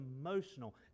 emotional